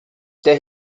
der